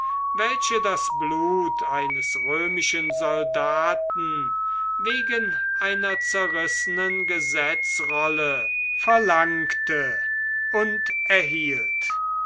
welche das blut eines römischen soldaten wegen einer zerrissenen gesetzrolle verlangte und erhielt